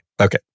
Okay